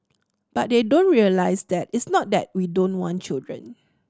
but they don't realise that it's not that we don't want children